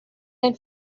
and